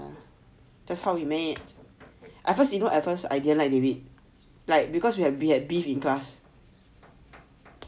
that's how we made at first you know at first I didn't like david like because we have we had beef in class